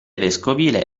vescovile